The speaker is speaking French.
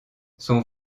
son